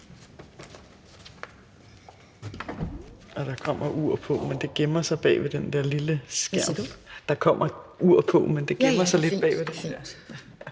Der kommer ur på, men det gemmer sig bag ved den der lille skærm.